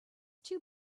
too